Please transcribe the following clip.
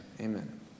amen